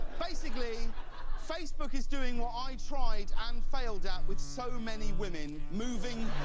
basically facebook is doing what i tried and failed at with so many women, moving